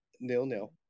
nil-nil